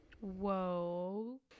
Whoa